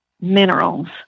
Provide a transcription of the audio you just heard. minerals